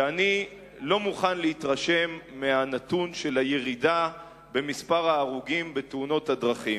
שאני לא מוכן להתרשם מהנתון של הירידה במספר ההרוגים בתאונות הדרכים.